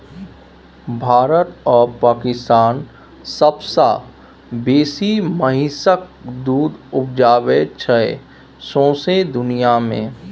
भारत आ पाकिस्तान सबसँ बेसी महिषक दुध उपजाबै छै सौंसे दुनियाँ मे